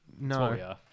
No